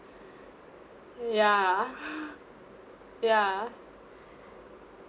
ya ya